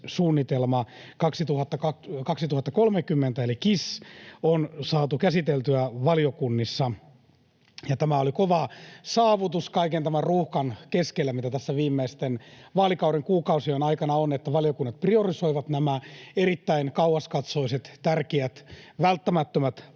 sopeutumissuunnitelma 2030 eli KISS on saatu käsiteltyä valiokunnissa, ja tämä oli kova saavutus kaiken tämän ruuhkan keskellä, mitä tässä viimeisten vaalikauden kuukausien aikana on, että valiokunnat priorisoivat nämä erittäin kauaskatsoiset, tärkeät, välttämättömät